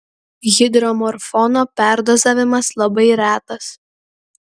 hidromorfono perdozavimas labai retas